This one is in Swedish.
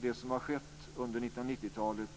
Det som har skett under 1990-talet